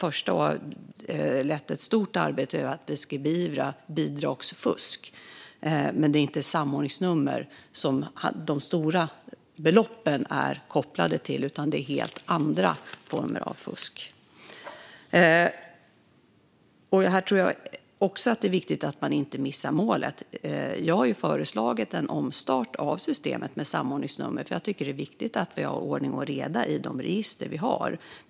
Jag har lett ett stort arbete för att beivra bidragsfusk. Men det är inte samordningsnummer som de stora beloppen är kopplade till, utan det är fråga om helt andra former av fusk. Här tror jag att det är viktigt att man inte missar målet. Jag har föreslagit en omstart av systemet med samordningsnummer, eftersom jag tycker att det är viktigt att vi har ordning och reda i de register som vi har.